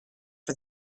for